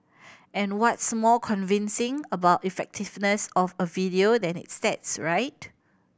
and what's more convincing about effectiveness of a video than its stats right